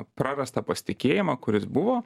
prarastą pasitikėjimą kuris buvo